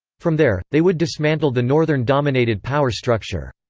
from there, they would dismantle the northern-dominated power structure.